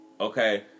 Okay